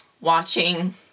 watching